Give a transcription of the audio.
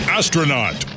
astronaut